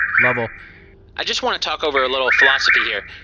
lovell i just want to talk over a little philosophy here.